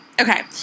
Okay